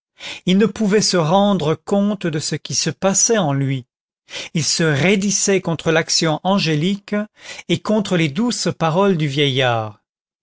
il ne pouvait se rendre compte de ce qui se passait en lui il se raidissait contre l'action angélique et contre les douces paroles du vieillard